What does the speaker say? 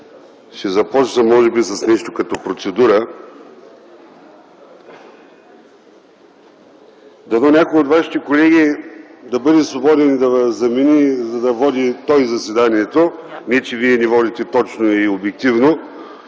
ще започна с нещо като процедура. Дано някой от Вашите колеги да е свободен и да Ви замени, да води той заседанието (не че Вие не водите точно и обективно),